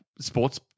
sports